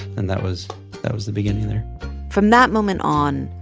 and that was that was the beginning, there from that moment on,